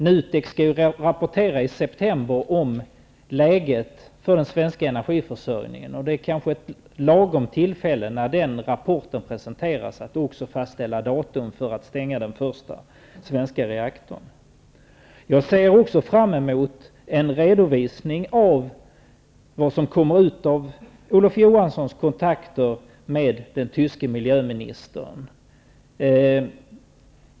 NUTEK skall lägga fram en rapport i september om läget för den svenska energiförsörjningen. När den rapporten presenteras kan det vara lagom att också fastställa datum för att stänga den första svenska reaktorn. Jag ser också fram mot en redovisning av vad som kommer ut av Olof Johanssons kontakter med den tyska miljöministern.